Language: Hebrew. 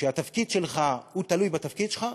הוא תלוי בתפקיד שלך,